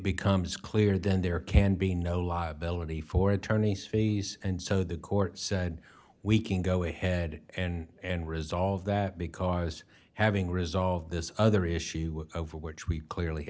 becomes clear then there can be no liability for attorneys fees and so the court said we can go ahead and resolve that because having resolved this other issue over which we clearly